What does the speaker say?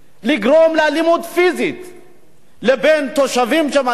לבין תושבים שמרגישים שהמדינה לא מגינה עליהם מספיק